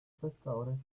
pescadores